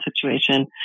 situation